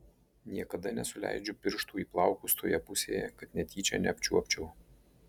niekada nesuleidžiu pirštų į plaukus toje pusėje kad netyčia neapčiuopčiau